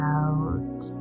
out